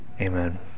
Amen